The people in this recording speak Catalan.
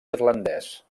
irlandès